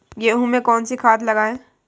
गेहूँ में कौनसी खाद लगाएँ?